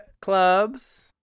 Clubs